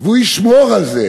והוא ישמור על זה.